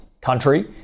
country